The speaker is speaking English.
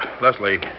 Leslie